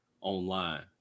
online